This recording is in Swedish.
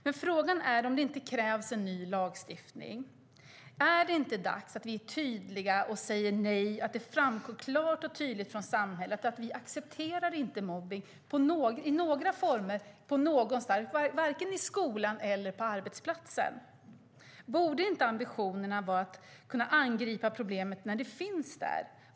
Men frågan är om det inte krävs en ny lagstiftning. Är det inte dags att vi är tydliga och säger nej och att det klart och tydligt framgår från samhället att vi inte accepterar mobbning i några former någonstans, vare sig i skolan eller på arbetsplatsen? Borde inte ambitionerna vara att kunna angripa problemet när det finns där?